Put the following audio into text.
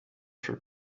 for